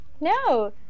No